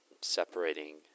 Separating